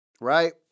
Right